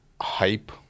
hype